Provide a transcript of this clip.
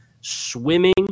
swimming